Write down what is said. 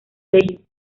colegio